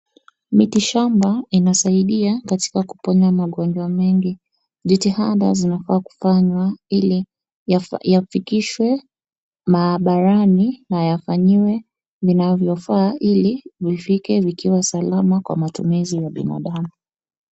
Mitishamba inasaidia katika kuponya magonjwa mengi. Vitihada vinafaa kufanywa ili yafikishwe maabarani na yafanyiwe vinavyofaa ili vifike vikiwa salama kwa matumizi ya binadamu.